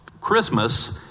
Christmas